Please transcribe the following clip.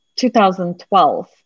2012